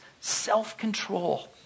self-control